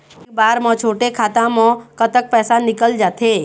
एक बार म छोटे खाता म कतक पैसा निकल जाथे?